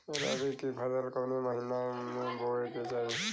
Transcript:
रबी की फसल कौने महिना में बोवे के चाही?